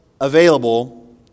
available